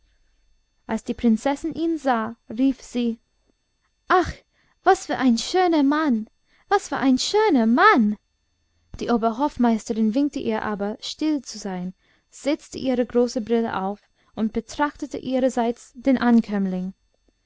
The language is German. als die prinzessin ihn sah rief sie ach was für ein schöner mann was für ein schöner mann die oberhofmeisterin winkte ihr aber still zu sein setzte ihre große brille auf und betrachtete ihrerseits den ankömmling